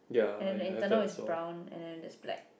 and then the internal is brown then there's black